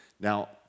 Now